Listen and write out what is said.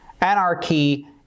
Anarchy